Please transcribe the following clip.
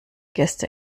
gäste